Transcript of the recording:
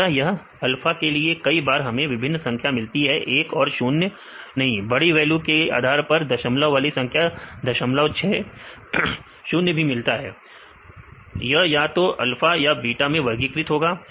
तीसरा यह अल्फा के लिए कई बार हमें विभिन्न संख्या मिलती है 1 और 0 नहीं बड़ी वैल्यू के आधार पर दशमलव वाली संख्या 06 0 भी मिलती है यह या तो अल्फा या बीटा में वर्गीकृत होगा